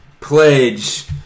pledge